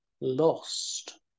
lost